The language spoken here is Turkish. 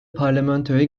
parlamentoya